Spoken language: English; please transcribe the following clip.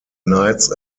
knights